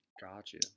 Gotcha